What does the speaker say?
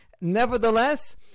Nevertheless